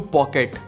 Pocket